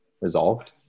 resolved